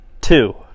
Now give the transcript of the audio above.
Two